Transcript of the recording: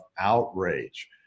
outrage